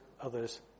others